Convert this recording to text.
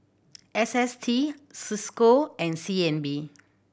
S S T Cisco and C N B